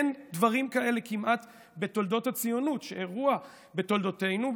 אין דברים כאלה כמעט בתולדות הציונות שאירוע בתולדותינו,